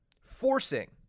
forcing